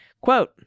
Quote